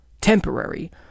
temporary